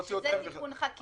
שזה תיקון חקיקה.